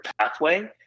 pathway